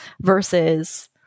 versus